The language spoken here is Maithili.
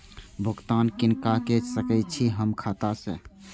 भुगतान किनका के सकै छी हम खाता से?